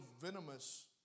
venomous